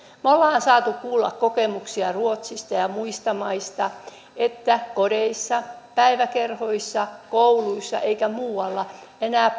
me olemme saaneet kuulla kokemuksia ruotsista ja ja muista maista että kodeissa päiväkerhoissa kouluissa ja muualla ei enää